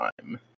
time